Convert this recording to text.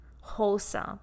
wholesome